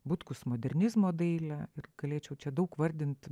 butkus modernizmo dailę ir galėčiau čia daug vardinti